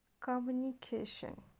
communication